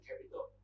capital